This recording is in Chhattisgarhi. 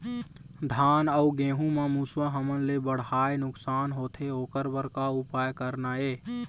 धान अउ गेहूं म मुसवा हमन ले बड़हाए नुकसान होथे ओकर बर का उपाय करना ये?